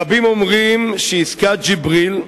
רבים אומרים שעסקת ג'יבריל,